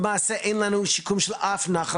למעשה אין לנו שיקום של אף נחל,